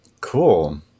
cool